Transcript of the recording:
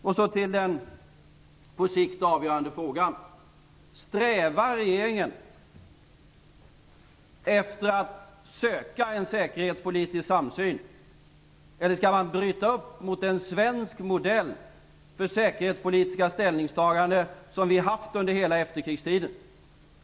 Sedan till den på sikt avgörande frågan: Strävar regeringen efter att söka en säkerhetspolitisk samsyn, eller skall man bryta mot en svensk modell för säkerhetspolitiska ställningstaganden som vi haft under hela efterkrigstiden?